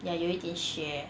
ya 有一点血